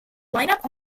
lineup